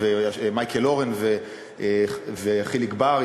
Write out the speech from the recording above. מייקל אורן וחיליק בר,